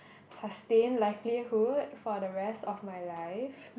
sustain livelihood for the rest of my life